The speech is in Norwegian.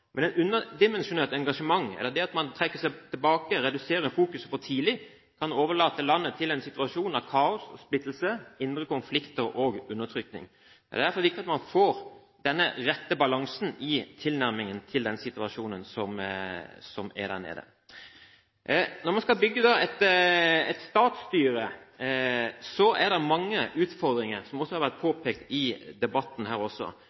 Men et underdimensjonert engasjement, det at man trekker seg tilbake og reduserer fokuset for tidlig, kan overlate landet til en situasjon av kaos, splittelse, indre konflikter og undertrykking. Det er derfor viktig at man får denne rette balansen i tilnærmingen til situasjonen som er der nede. Når man skal bygge et statsstyre, er det mange utfordringer, som også har vært